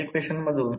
तर ज्यामधून I 1 43